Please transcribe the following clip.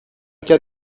cas